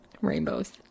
Rainbows